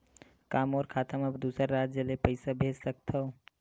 का मोर खाता म दूसरा राज्य ले पईसा भेज सकथव?